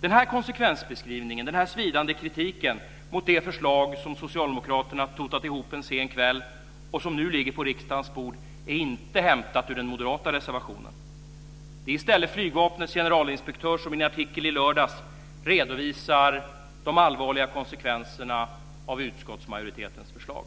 Denna konsekvensbeskrivning och denna svidande kritik mot det förslag som socialdemokraterna totat ihop en sen kväll och som nu ligger på riksdagens bord är inte hämtade ur den moderata reservationen. Det är i stället Flygvapnets generalinspektör som i en artikel i lördags redovisar de allvarliga konsekvenserna av utskottsmajoritetens förslag.